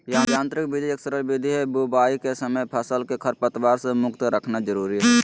यांत्रिक विधि एक सरल विधि हई, बुवाई के समय फसल के खरपतवार से मुक्त रखना जरुरी हई